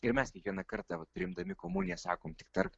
ir mes kiekvieną kartą vat priimdami komuniją sakom tik tark